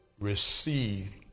received